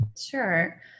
Sure